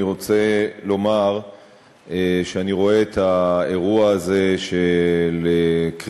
אני רוצה לומר שאני רואה את האירוע הזה של קריאת